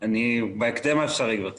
בהקדם האפשרי, גבירתי.